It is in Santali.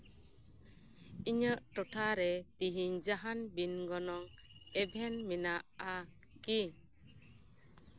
ᱤᱧᱟᱹᱜ ᱴᱚᱴᱷᱟᱨᱮ ᱛᱮᱦᱤᱧ ᱡᱟᱸᱦᱟᱱ ᱵᱤᱱ ᱜᱚᱱᱚᱝ ᱮᱵᱷᱮᱱ ᱢᱮᱱᱟᱜᱼᱟ ᱠᱤ